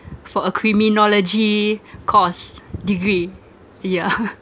for a criminology course degree yeah